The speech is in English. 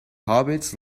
hobbits